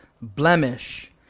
blemish